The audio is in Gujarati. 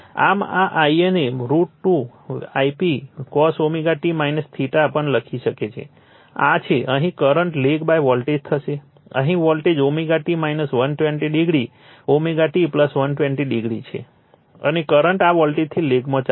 આમ આ Ia ને √ 2 Ip cos t પણ લખી શકે છે આ છે અહીં કરંટ લેગવોલ્ટેજ થશે અહીં voltage t 120o t 120o છે અને કરંટ આ વોલ્ટેજથી લેગમાં ચાલશે